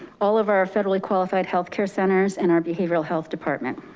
all of our federally qualified health care centers and our behavioral health department.